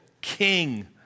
king